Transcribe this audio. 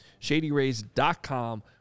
ShadyRays.com